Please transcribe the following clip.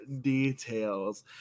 details